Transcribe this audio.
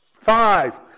Five